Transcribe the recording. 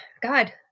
god